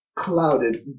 Clouded